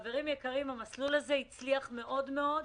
חברים יקרים, המסלול הזה הצליח מאוד מאוד.